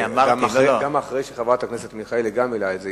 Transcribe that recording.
גם חברת הכנסת מיכאלי העלתה את זה.